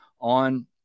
on